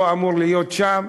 לא אמור להיות שם.